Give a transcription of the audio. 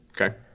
Okay